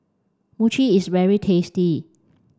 Mochi is very tasty